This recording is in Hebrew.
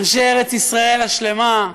אנשי ארץ ישראל השלמה,